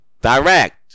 direct